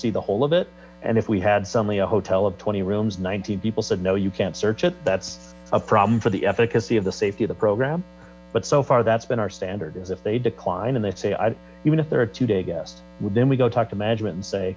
see the whole of it and if we had suddenly a hotel of twenty rooms nineteen people said no you can't search it that's a problem for the efficacy safety of the program but so far that's been our standard is if they decline and they say even if they're a two day guest well then we go talk to management and say